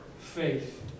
faith